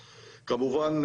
כמובן,